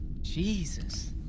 Jesus